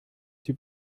die